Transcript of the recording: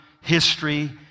history